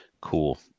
Cool